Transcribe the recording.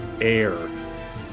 air